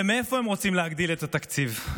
ומאיפה הם רוצים להגדיל את התקציב?